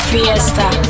Fiesta